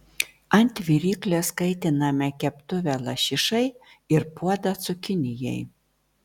ant viryklės kaitiname keptuvę lašišai ir puodą cukinijai